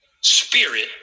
spirit